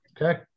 Okay